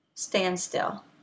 standstill